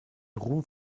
ruhm